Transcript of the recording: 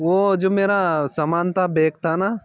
वो जो मेरा समान था बैग था न